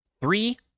Three